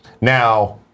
Now